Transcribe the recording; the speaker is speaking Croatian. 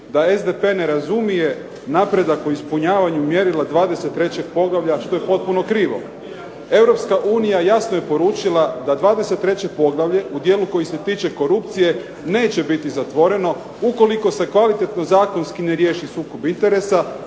da SDP ne razumije napredak u ispunjavanju mjerila 23. poglavlja što je potpuno krivo. Europska unija jasno je poručila da 23. poglavlje u dijelu koji se tiče korupcije neće biti zatvoreno ukoliko se kvalitetno zakonski ne riješi sukob interesa,